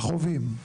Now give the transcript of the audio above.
מכאובים.